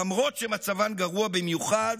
למרות שמצבן גרוע במיוחד